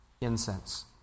incense